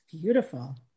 beautiful